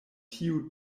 tiu